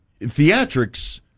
theatrics